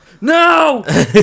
No